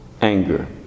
anger